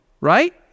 right